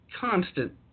constant